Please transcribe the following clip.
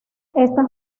estas